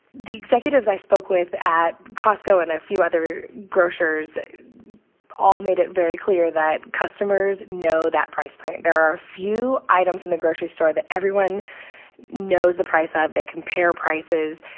the executives i spoke with at costco and a few other grocers all made it very clear that customers know that price point. there are a few items in the grocery store that everyone knows the price of. they compare prices.